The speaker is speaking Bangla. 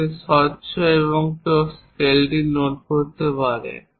যাতে স্বচ্ছ এবং কেউ স্কেলটি নোট করতে পারে